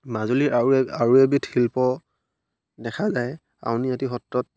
মাজুলীৰ আৰু এ আৰু এবিধ শিল্প দেখা যায় আউনিআটী সত্ৰত